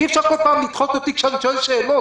אי אפשר בכל פעם לדחות אותי כשאני שואל שאלות.